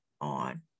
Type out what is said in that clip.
on